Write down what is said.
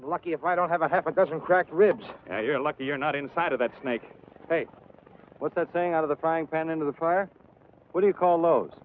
lucky if i don't have a half a dozen cracked ribs and you're lucky you're not inside of that snake but what's that thing out of the frying pan into the fire what do you call those